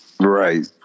Right